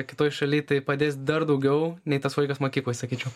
kitoj šaly tai padės dar daugiau nei tas laikas mokykloj sakyčiau